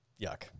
Yuck